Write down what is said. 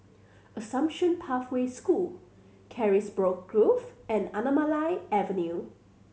Assumption Pathway School Carisbrooke Grove and Anamalai Avenue